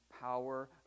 power